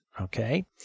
okay